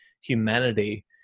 humanity